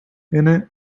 innit